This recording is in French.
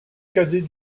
cadet